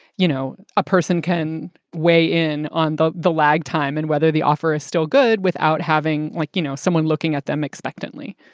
you know, a person can weigh in. the the lag time and whether the offer is still good without having, like, you know, someone looking at them expectantly